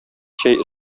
чәй